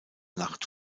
nacht